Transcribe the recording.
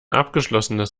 abgeschlossenes